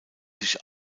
sich